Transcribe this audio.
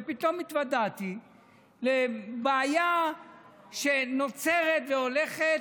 ופתאום התוודעתי לבעיה שנוצרת והולכת,